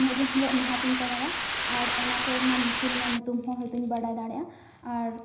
ᱢᱤᱫᱫᱤᱱ ᱦᱤᱞᱳᱜ ᱱᱤᱦᱟᱹᱛᱤᱧ ᱠᱚᱨᱟᱣᱟ ᱟᱨ ᱚᱱᱟ ᱠᱚᱨᱮᱱᱟᱜ ᱢᱤᱥᱤᱱ ᱨᱮᱱᱟᱜ ᱧᱩᱛᱩᱢ ᱦᱚᱸ ᱦᱚᱭᱛᱚᱧ ᱵᱟᱰᱟᱭ ᱫᱟᱲᱮᱭᱟᱜᱼᱟ ᱟᱨ